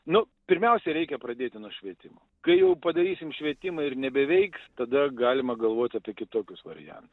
nu pirmiausia reikia pradėti nuo švietimo kai jau padarysim švietimą ir nebeveiks tada galima galvoti apie kitokius variantus